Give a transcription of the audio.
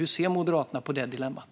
Hur ser Moderaterna på det dilemmat?